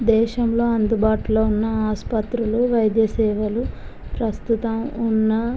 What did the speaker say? దేశంలో అందుబాటులో ఉన్న ఆస్పత్రులు వైధ్యసేవలు ప్రస్తుతం ఉన్న